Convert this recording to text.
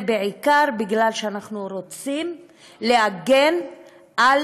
זה בעיקר בגלל שאנחנו רוצים להגן על